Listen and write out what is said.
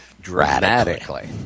dramatically